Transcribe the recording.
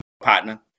partner